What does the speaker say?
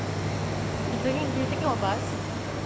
you taking do you taking the bus